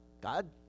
God